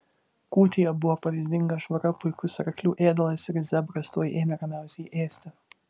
kūtėje buvo pavyzdinga švara puikus arklių ėdalas ir zebras tuoj ėmė ramiausiai ėsti